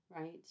right